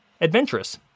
adventurous